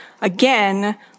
again